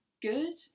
good